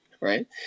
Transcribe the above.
Right